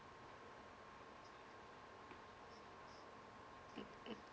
mm mm